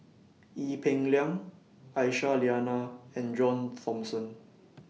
Ee Peng Liang Aisyah Lyana and John Thomson